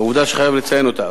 זו עובדה שאני חייב לציין אותה.